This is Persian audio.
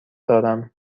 دارم